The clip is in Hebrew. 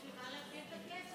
בשביל מה להגדיל את הכסף?